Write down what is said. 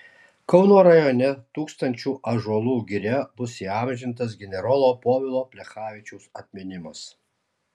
kauno rajone tūkstančių ąžuolų giria bus įamžintas generolo povilo plechavičiaus atminimas